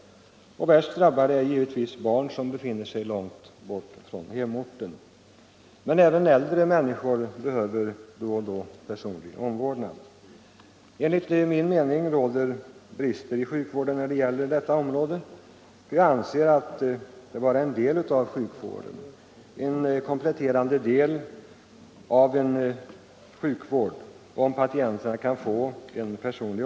Värst drabbade är givetvis barn som befinner sig långt bort från hemorten. Men även äldre människor behöver då och då personlig omvårdnad. Enligt min mening finns det brister inom vår sjukvård på det här området. Den personliga omvårdnad patienterna kan få är ju en kompletterande del av sjukvården.